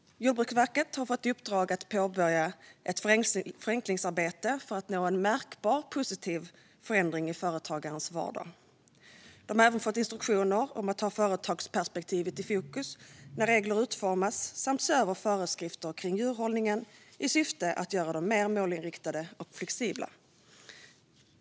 Jordbruksverket har fått i uppdrag att påbörja ett förenklingsarbete för att nå en märkbar positiv förändring i företagarens vardag. Verket har även fått instruktioner om att ha företagsperspektivet i fokus när regler utformas samt se över föreskrifter kring djurhållningen i syfte att göra dem mer målinriktade och flexibla.